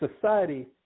society